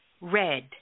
red